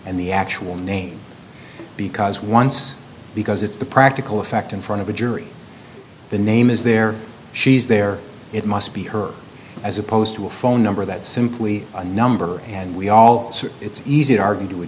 and the actual name because once because it's the practical effect in front of a jury the name is there she's there it must be her as opposed to a phone number that simply a number and we all sort of it's easy to argue to a